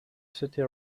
city